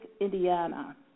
Indiana